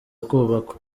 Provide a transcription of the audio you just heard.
kubakwa